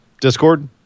Discord